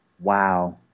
Wow